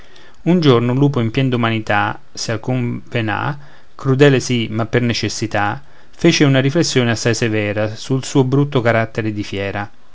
un giorno un lupo pien d'umanità se alcun ve n'ha crudele sì ma per necessità fece una riflessione assai severa sul suo brutto carattere di fiera